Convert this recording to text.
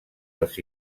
els